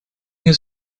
his